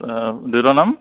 দেউতাৰ নাম